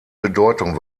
bedeutung